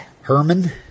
Herman